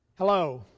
hello,